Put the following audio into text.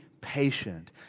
patient